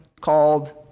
called